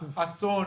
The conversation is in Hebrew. אסון,